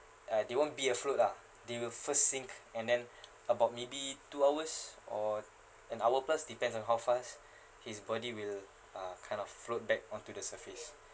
uh they won't be afloat lah they will first sink and then about maybe two hours or an hour plus depends on how fast his body will uh kind of float back onto the surface